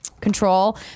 control